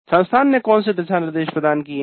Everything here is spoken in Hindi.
संस्थान ने कौन से दिशा निर्देश प्रदान किए हैं